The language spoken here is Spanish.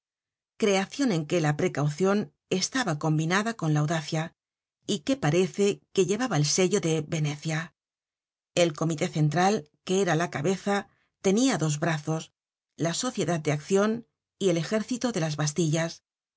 creacion en que la precaucion estaba combinada con la audacia y que parece que llevaba el sello de venecia el comité central que erala cabeza tenia dos brazos la sociedad de accion y el ejército de las bastillas